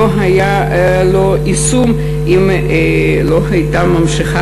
לא היה לו יישום אם לא הייתה נמשכת